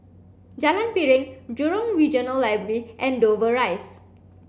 Jalan Piring Jurong Regional Library and Dover Rise